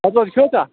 بتہٕ وتہٕ کھیٚوتھا